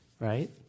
right